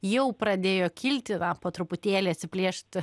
jau pradėjo kilti va po truputėlį atsiplėšt